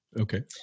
Okay